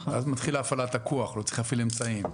אז מתחילה הפעלת הכוח, לא צריך להפעיל אמצעים.